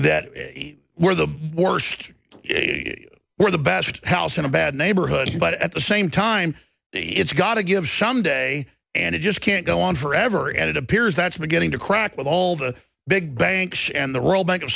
that we're the worst we're the best house in a bad neighborhood but at the same time it's got to give shum day and it just can't go on forever and it appears that's beginning to crack with all the big banks and the royal bank o